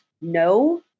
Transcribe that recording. no